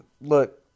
look